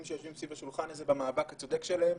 שיושבים סביב השולחן הזה במאבק הצודק שלהם.